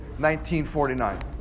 1949